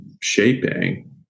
shaping